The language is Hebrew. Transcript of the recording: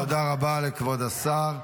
תודה רבה לכבוד השר.